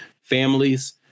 families